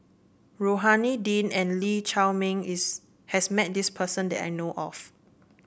Rohani Din and Lee Chiaw Meng is has met this person that I know of